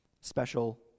special